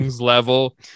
level